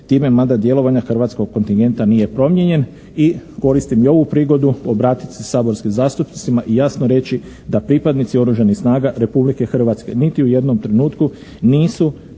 time mada djelovanja hrvatskog kontingenta nije promijenjen. I koristim i ovu prigodu obratiti se saborskim zastupnicima i jasno reći da pripadnici Oružanih snaga Republike Hrvatske niti u jednom trenutku nisu